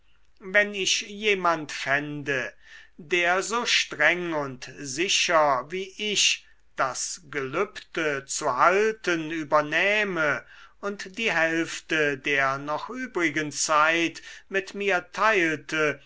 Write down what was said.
wenn ich jemand fände der so streng und sicher wie ich das gelübde zu halten übernähme und die hälfte der noch übrigen zeit mit mir teilte